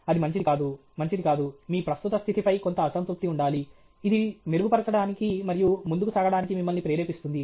అది మంచిది కాదు మంచిది కాదు మీ ప్రస్తుత స్థితిపై కొంత అసంతృప్తి ఉండాలి ఇది మెరుగుపరచడానికి మరియు ముందుకు సాగడానికి మిమ్మల్ని ప్రేరేపిస్తుంది